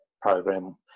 program